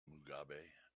mugabe